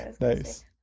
nice